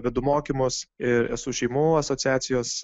vedu mokymus ir esu šeimų asociacijos